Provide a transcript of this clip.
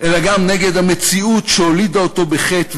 אלא גם נגד המציאות שהולידה אותו בחטא.